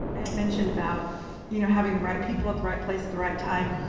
had mentioned about you know having the right people at the right place at the right time.